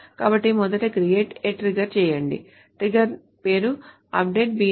కాబట్టి మొదట create a trigger చేయండి ట్రిగ్గర్ పేరు update bname